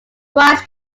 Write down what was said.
rice